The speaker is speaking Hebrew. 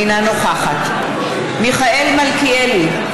אינה נוכחת מיכאל מלכיאלי,